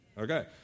Okay